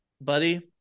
buddy